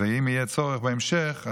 ואם יהיה צורך בהמשך,